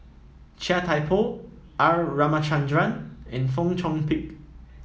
Chia Thye Poh R Ramachandran and Fong Chong Pik